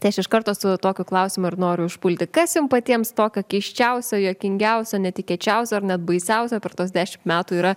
tai aš iš karto su tokiu klausimu ir noriu užpulti kas jum patiems tokio keisčiausio juokingiausio netikėčiausio ar net baisiausio per tuos dešimt metų yra